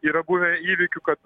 yra buvę įvykių kad